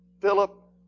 Philip